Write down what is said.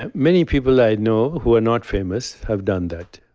ah many people i know, who are not famous, have done that.